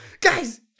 Guys